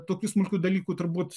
tokių smulkių dalykų turbūt